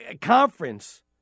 conference